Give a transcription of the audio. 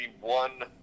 one